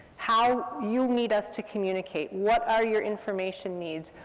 how you need us to communicate, what are your information needs,